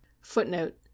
Footnote